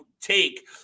take